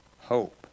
hope